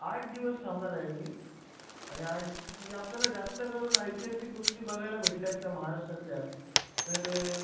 आठ दिवस थांबणार आहे मी आणि आठ म्हणजे आपल्याला जास्तकरून ऐतिहासिक गोष्टी बघायला भेटल्या असत्या महाराष्ट्रातल्या तर